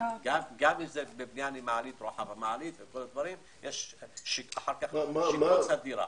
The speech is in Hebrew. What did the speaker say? גם אם זה בבניין עם מעלית, יש שיפוץ הדירה.